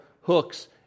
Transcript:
hooks